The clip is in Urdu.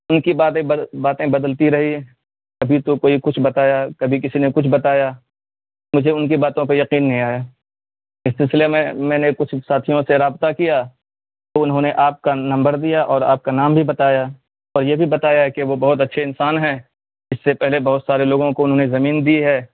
ان کی باتیں باتیں بدلتی رہی کبھی تو کوئی کچھ بتایا کبھی کسی نے کچھ بتایا مجھے ان کی باتوں پہ یقین نہیں آیا اس سلسلے میں میں نے کچھ ساتھیوں سے رابطہ کیا تو انہوں نے آپ کا نمبر دیا اور آپ کا نام بھی بتایا اور یہ بھی بتایا کہ وہ بہت اچھے انسان ہیں اس سے پہلے بہت سارے لوگوں کو انہوں نے زمین دی ہے